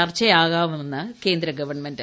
ചർച്ചയാവാമെന്ന് കേന്ദ്രഗ്പൺമെന്റ്